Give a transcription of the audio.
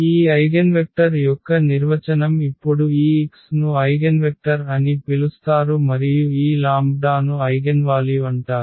ఈ ఐగెన్వెక్టర్ యొక్క నిర్వచనం ఇప్పుడు ఈ x ను ఐగెన్వెక్టర్ అని పిలుస్తారు మరియు ఈ లాంబ్డాను ఐగెన్వాల్యు అంటారు